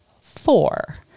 four